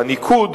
בניקוד,